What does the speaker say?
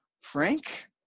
Frank